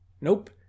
Nope